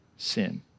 Sin